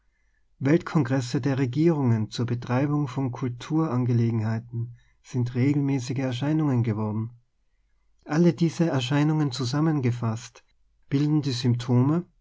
zu weltkongresse der regierungen zur betreibung von kulturangelegenheiten sind regelmäßige erscheinungen geworden alle diese erscheinungen zusammengefaßt bilden die symptome